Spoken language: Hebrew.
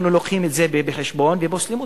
אנחנו מביאים את זה בחשבון ופוסלים אותו.